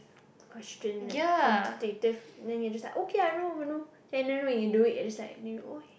question like quantitative then you're just like okay I know I know and then when you do it you're just like